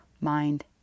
mind